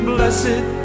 Blessed